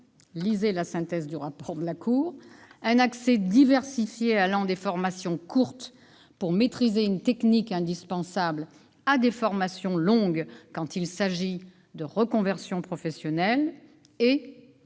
lisez la synthèse du rapport de la Cour -; un accès diversifié allant des formations courtes, permettant de maîtriser une technique indispensable, à des formations longues en vue d'une reconversion professionnelle ;